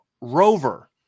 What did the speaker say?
Rover